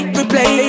replay